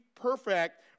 perfect